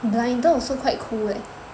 blinder also quite cool leh